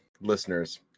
listeners